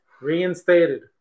Reinstated